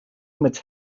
mit